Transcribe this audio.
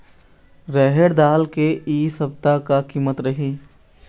रहड़ दाल के इ सप्ता का कीमत रही?